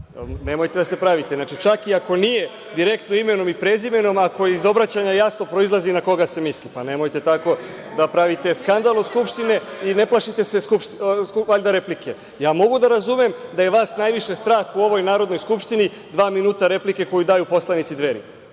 Nemojte da se pravite. čak i ako nije direktno imenom i prezimenom, ako iz obraćanja jasno proizlazi na koga se misli. Nemojte tako da pravite skandal u Skupštini i ne plašite se valjda replike. Ja mogu da razumem da je vas najviše strah u ovoj Narodnoj skupštini dva minuta replike koju daju poslanici Dveri,